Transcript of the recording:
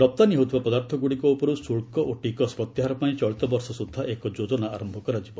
ରପ୍ତାନୀ ହେଉଥିବା ପଦାର୍ଥଗୁଡ଼ିକ ଉପରୁ ଶୁଳ୍କ ଓ ଟିକସ ପ୍ରତ୍ୟାହାର ପାଇଁ ଚଳିତ ବର୍ଷ ସ୍ୱଦ୍ଧା ଏକ ଯୋଜନା ଆରମ୍ଭ କରାଯିବ